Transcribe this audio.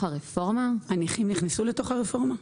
הרפורמה --- הנכים נכנסו לתוך הרפורמה?